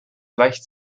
leicht